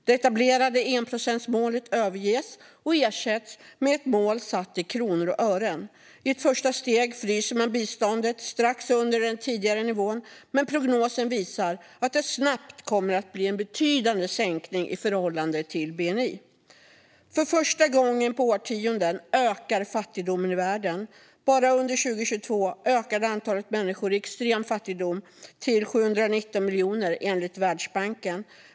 Det etablerade enprocentsmålet överges och ersätts med ett mål satt i kronor och ören. I ett första steg fryser man biståndet strax under den tidigare nivån, men prognosen visar att det snabbt kommer att bli en betydande sänkning i förhållande till bni. För första gången på årtionden ökar fattigdomen i världen. Bara under 2022 ökade antalet människor i extrem fattigdom till 719 miljoner, enligt Världsbanken.